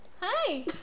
Hi